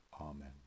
Amen